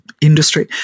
industry